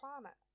planet